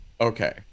Okay